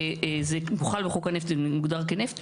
וזה הוחל בחוק הנפט ומוגדר כנפט.